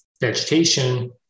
vegetation